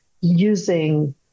using